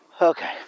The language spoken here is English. Okay